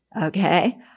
Okay